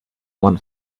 one